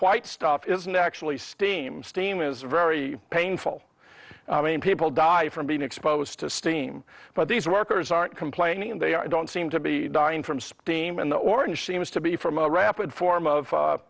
white stuff isn't actually steam steam is very painful i mean people die from being exposed to steam but these workers aren't complaining and they don't seem to be dying from speen in the orange seems to be from a rapid form of